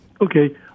Okay